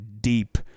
deep